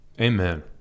Amen